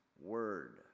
word